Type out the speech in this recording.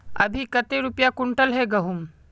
अभी कते रुपया कुंटल है गहुम?